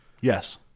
Yes